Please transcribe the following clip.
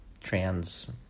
trans